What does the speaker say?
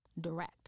Direct